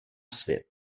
svět